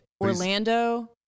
Orlando